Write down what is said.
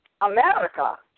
America